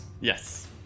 Yes